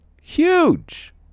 huge